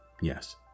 Yes